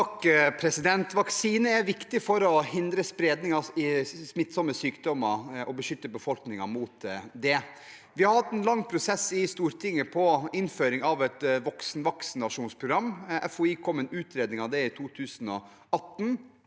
(H) Vaksine er viktig for å hindre spredning av smittsomme sykdommer og beskytte befolkningen mot dem. Vi har hatt en lang prosess i Stortinget om innføring av et voksenvaksinasjonsprogram. FHI kom med en utredning av det i 2018,